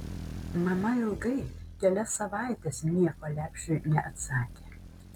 mama ilgai kelias savaites nieko lepšiui neatsakė